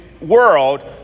world